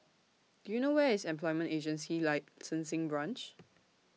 Do YOU know Where IS Employment Agency Licensing Branch